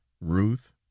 ruth